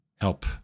help